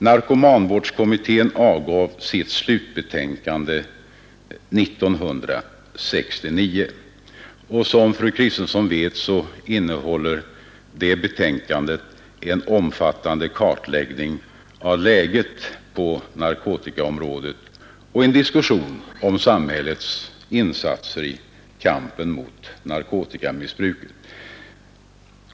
Narkomanvårdskommittén avgav sitt slutbetänkande 1969. Som fru Kristensson vet innehåller det betänkandet en omfattande kartläggning av läget på narkotikaområdet och en diskussion om samhällets insatser i kampen mot narkotikamissbruket.